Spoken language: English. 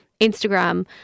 Instagram